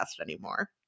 anymore